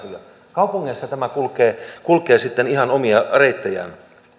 kaupungeissa tämä kulkee kulkee sitten ihan omia reittejään